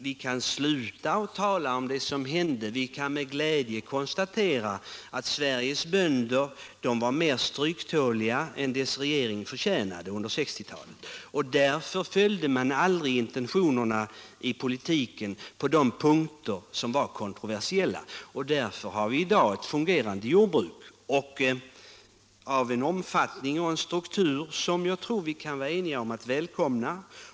Vi kan sluta att tala om det som hände, vi kan med glädje konstatera att Sveriges bönder var mer stryktåliga än landets regering förtjänade under 1960-talet. Därför följde man aldrig intentionerna i politiken på de punkter som var kontroversiella, och tack vare det har vi i dag ett fungerande jordbruk av en omfattning och en struktur som jag tror att vi kan vara ense om att välkomna.